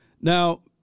Now